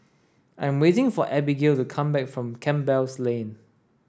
I'm waiting for Abigail to come back from Campbell Lane